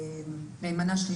גודל של